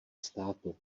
státu